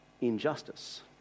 injustice